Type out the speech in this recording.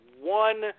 one